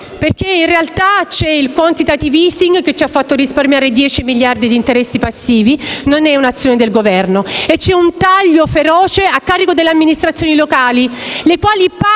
perché, in realtà, c'è il *quantitative easing* che ci ha fatto risparmiare 10 miliardi di euro di interessi passivi e non è un'azione del Governo e c'è un taglio feroce a carico delle amministrazioni locali,